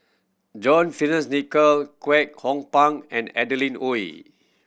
John Fearns Nicoll Kwek Hong Png and Adeline Ooi